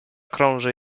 krąży